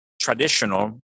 traditional